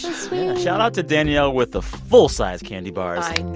sweet shout out to danielle with the full-sized candy bars i